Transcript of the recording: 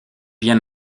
bien